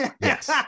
Yes